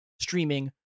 streaming